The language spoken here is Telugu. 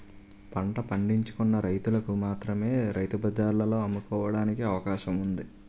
పంట పండించుకున్న రైతులకు మాత్రమే రైతు బజార్లలో అమ్ముకోవడానికి అవకాశం ఉంది